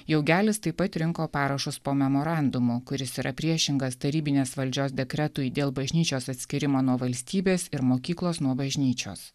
jaugelis taip pat rinko parašus po memorandumu kuris yra priešingas tarybinės valdžios dekretui dėl bažnyčios atskyrimo nuo valstybės ir mokyklos nuo bažnyčios